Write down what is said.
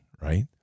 right